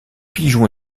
pigeons